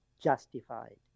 justified